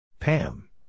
Pam